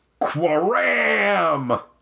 Quaram